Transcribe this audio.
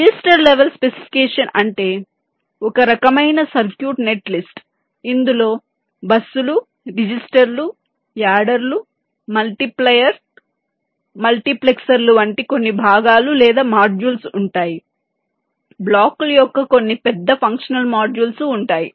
register level specification అంటే ఒక రకమైన సర్క్యూట్ నెట్ లిస్ట్ ఇందులో బస్సులు రిజిస్టర్లు యాడర్స్ మల్టిప్లైయర్స్ మల్టీప్లెక్సర్లు వంటి కొన్ని భాగాలు లేదా మాడ్యూల్స్ ఉంటాయి బ్లాకుల యొక్క కొన్ని పెద్ద ఫంక్షనల్ మాడ్యూల్స్ ఉంటాయి